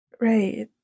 Right